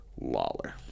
Lawler